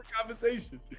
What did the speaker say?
Conversation